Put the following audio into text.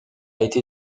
été